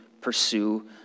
pursue